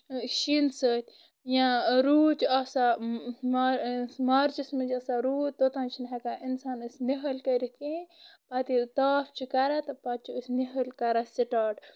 شیٖنہٕ سۭتۍ یا روٗد چھُ آسان مارچس منٛز چھُ آسان روٗد توٚتانۍ چھِ نہٕ ہیکان اِنسان أسۍ نِہٲلۍ کٔرِتھ کینہہ پتہٕ ییلہِ تاپھ چھُ کران تہٕ پتہٕ چھِ أسۍ نِہٲلۍ کران سِٹاٹ